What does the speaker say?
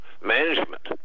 management